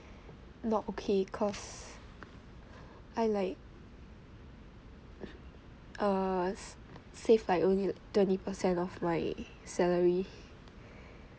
not okay cause I like err s~ save like only l~ twenty percent of my salary